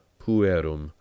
puerum